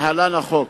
להלן: החוק